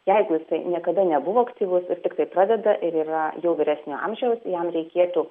jeigu jisai niekada nebuvo aktyvus ir tiktai pradeda ir yra jau vyresnio amžiaus jam reikėtų